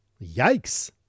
Yikes